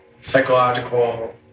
psychological